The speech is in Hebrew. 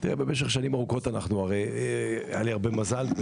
היה לי הרבה מזל,